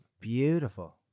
beautiful